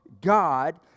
God